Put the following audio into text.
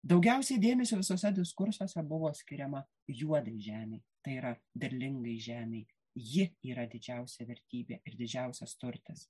daugiausiai dėmesio visuose diskursuose buvo skiriama juodai žemei tai yra derlingai žemei ji yra didžiausia vertybė ir didžiausias turtas